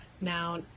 Now